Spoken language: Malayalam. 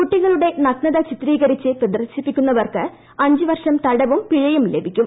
കുട്ടികളുടെ നഗ്നതചിത്രീകരിച്ച് പ്രദർശിപ്പിക്കുന്നവർക്ക് അഞ്ച്വർഷം തടവുംപിഴയുംലഭിക്കും